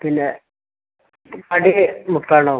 പിന്നെ അത് ബുക്കാണോ